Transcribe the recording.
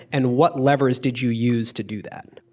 and what leverage did you use to do that?